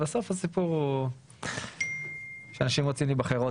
בסוף הסיפור הוא שאנשים רוצים להיבחר שוב